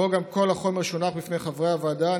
וגם כל החומר שהונח בפני חברי הוועדה,